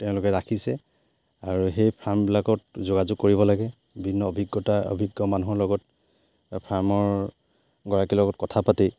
তেওঁলোকে ৰাখিছে আৰু সেই ফাৰ্মবিলাকত যোগাযোগ কৰিব লাগে বিভিন্ন অভিজ্ঞতা অভিজ্ঞ মানুহৰ লগত ফাৰ্মৰ গৰাকীৰ লগত কথা পাতি